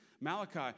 Malachi